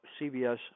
CBS